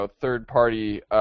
third-party